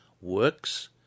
works